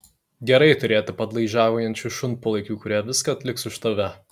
gerai turėti padlaižiaujančių šunpalaikių kurie viską atliks už tave